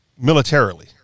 Militarily